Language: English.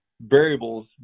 variables